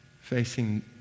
facing